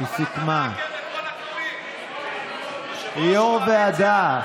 איפה שמענו כזה, לזרוק רימון הלם ולהבהיל זקנים?